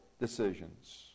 decisions